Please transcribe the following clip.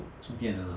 充电的啊